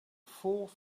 fourth